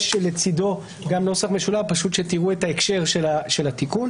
יש לצדו גם נוסח משולב כדי שתראו את ההקשר של התיקון.